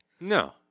No